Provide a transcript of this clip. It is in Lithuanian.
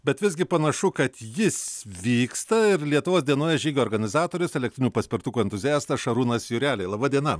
bet visgi panašu kad jis vyksta ir lietuvos dienoje žygio organizatorius elektrinių paspirtukų entuziastas šarūnas jurelė laba diena